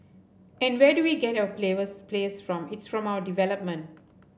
and where do we get our players plays from it's from our development